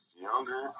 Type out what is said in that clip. younger